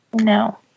No